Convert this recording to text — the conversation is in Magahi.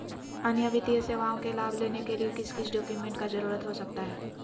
अन्य वित्तीय सेवाओं के लाभ लेने के लिए किस किस डॉक्यूमेंट का जरूरत हो सकता है?